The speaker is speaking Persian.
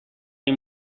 این